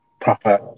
proper